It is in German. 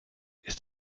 ist